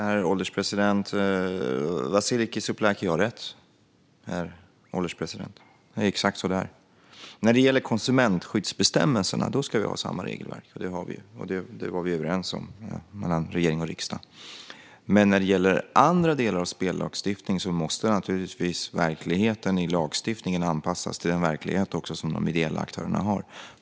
Herr ålderspresident! Vasiliki Tsouplaki har rätt. Det är exakt så det är. När det gäller konsumentskyddsbestämmelserna ska vi ha samma regelverk. Det har vi, och det var vi överens om mellan regering och riksdag. Men när det gäller andra delar av spellagstiftningen måste naturligtvis verkligheten i lagstiftningen också anpassas till den verklighet som de ideella aktörerna har.